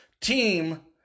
team